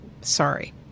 sorry